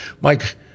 Mike